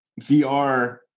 VR